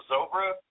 Zobra